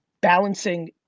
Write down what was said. Balancing